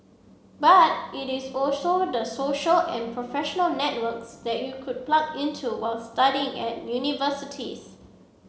but it is also the social and professional networks that you could plug into while studying at universities